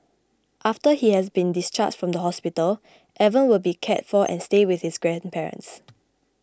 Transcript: after he has been discharged from the hospital Evan will be cared for and stay with his grandparents